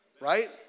right